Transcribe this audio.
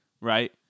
right